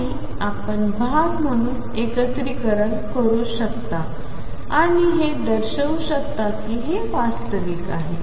आणि आपण भाग म्हणून एकत्रीकरण करू शकता आणि हे दर्शवू शकता की हे वास्तविक आहे